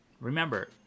remember